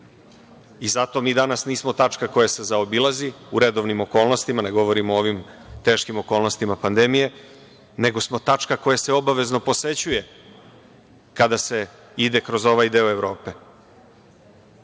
Zato mi danas nismo tačka koja se zaobilazi u redovnim okolnostima, ne govorim o ovim teškim okolnostima pandemije, nego smo tačka koja se obavezno posećuje kada se ide kroz ovaj deo Evrope.Zaštita